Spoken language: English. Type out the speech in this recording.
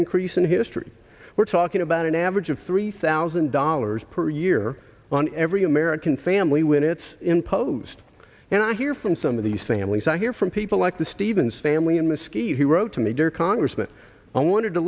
increase in history we're talking about an average of three thousand dollars per year on every american family when it's imposed and i hear from some of these families i hear from people like the stevens family in muskeg who wrote to me dear congressman i wanted to